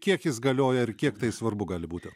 kiek jis galioja ir kiek tai svarbu gali būti